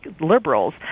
liberals